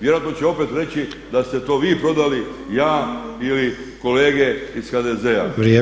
Vjerojatno će opet reći da ste to vi prodali, ja ili kolege iz HDZ-a.